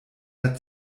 der